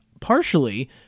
partially